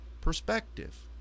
perspective